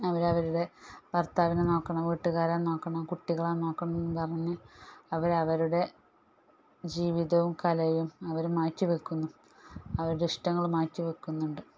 അവർ അവരുടെ ഭർത്താവിനെ നോക്കണം വീട്ടുകാരെ നോക്കണം കുട്ടികളെ നോക്കണം എന്നും പറഞ്ഞ് അവർ അവരുടെ ജീവിതവും കലയും അവർ മാറ്റിവെക്കുന്നു അവരുടെ ഇഷ്ടങ്ങൾ മാറ്റി വെക്കുന്നുണ്ട്